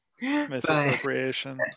misappropriation